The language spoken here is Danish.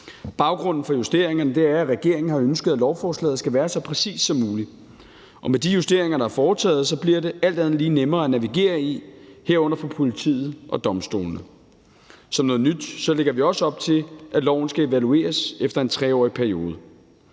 Baggrunden for justeringerne er, at regeringen har ønsket, at lovforslaget skal være så præcist som muligt. Med de justeringer, der er foretaget, bliver det alt andet lige nemmere at navigere i, herunder for politiet og domstolene. Som noget nyt lægger vi også op til, at loven skal evalueres efter en 3-årig periode.